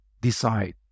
decide